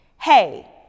hey